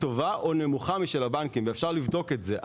טובה או נמוכה משל הבנקים, ואפשר לבדוק את זה.